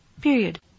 period